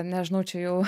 nežinau čia jau